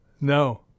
No